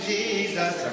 Jesus